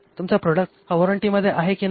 तुमचा प्रोडक्ट हा वॉरंटीमध्ये आहे की नाही